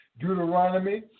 Deuteronomy